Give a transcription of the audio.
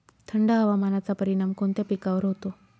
थंड हवामानाचा परिणाम कोणत्या पिकावर होतो?